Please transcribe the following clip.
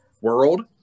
world